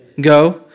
Go